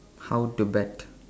how to bet